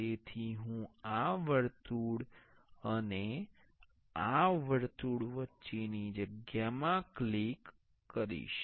તેથી હું આ વર્તુળ અને આ વર્તુળ વચ્ચેની જગ્યામાં ક્લિક કરીશ